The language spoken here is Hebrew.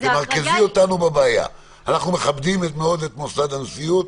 אנחנו מכבדים מאוד את מוסד הנשיאות,